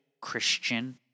Christian